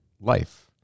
life